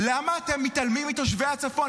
-- למה אתם מתעלמים מתושבי הצפון?